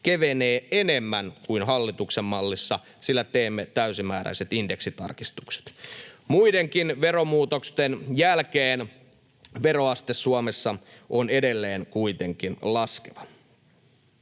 kevenee enemmän kuin hallituksen mallissa, sillä teemme täysimääräiset indeksitarkistukset. Muidenkin veromuutosten jälkeen veroaste Suomessa on edelleen kuitenkin laskeva.